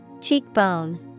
Cheekbone